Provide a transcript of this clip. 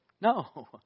No